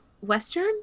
Western